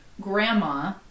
grandma